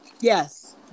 yes